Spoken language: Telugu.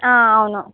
ఆ అవును